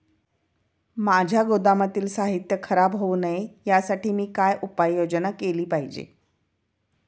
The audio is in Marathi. माझ्या गोदामातील साहित्य खराब होऊ नये यासाठी मी काय उपाय योजना केली पाहिजे?